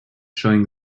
showing